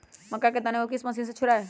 मक्का के दानो को किस मशीन से छुड़ाए?